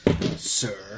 Sir